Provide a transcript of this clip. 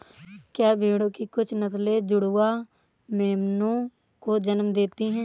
क्या भेड़ों की कुछ नस्लें जुड़वा मेमनों को जन्म देती हैं?